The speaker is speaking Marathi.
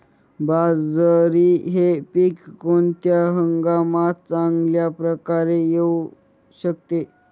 बाजरी हे पीक कोणत्या हंगामात चांगल्या प्रकारे येऊ शकते?